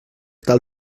tal